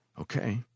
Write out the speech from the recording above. Okay